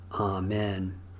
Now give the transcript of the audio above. Amen